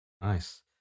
Nice